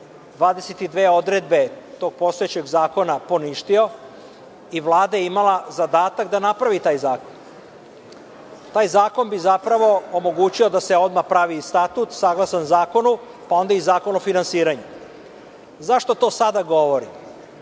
22 odredbe tog postojećeg zakona poništio i Vlada je imala zadatak da napravi taj zakon. Taj zakon bi zapravo omogućio da se odmah pravi statut saglasan zakonu, pa onda i zakon o finansiranju.Zašto to sada govorim?